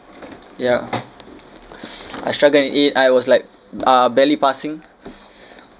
ya I struggle in it I was like uh barely passing